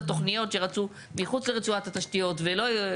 התוכניות שרצו מחוץ לרצועת התשתיות ולא,